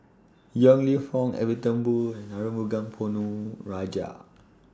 Yong Lew Foong Edwin Thumboo and Arumugam Ponnu Rajah